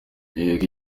yego